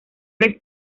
les